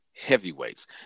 heavyweights